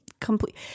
Complete